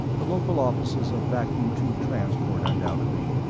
the local offices of vacuum tube transport, undoubtedly.